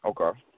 Okay